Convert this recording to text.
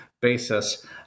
basis